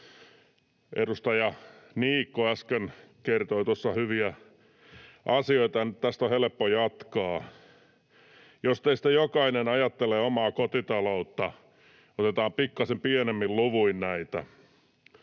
Edustaja Niikko tuossa äsken kertoi hyviä asioita, ja siitä on nyt helppo jatkaa. Jos teistä jokainen ajattelee omaa kotitalouttaan — otetaan pikkasen pienemmin luvuin näitä